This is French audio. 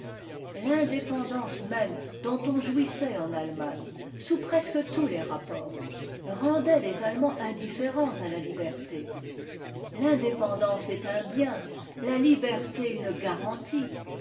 l'indépendance même dont on jouissait en allemagne sous presque tous les rapports rendait les allemands indifférents à la liberté l'indépendance est un bien la liberté une garantie